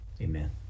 Amen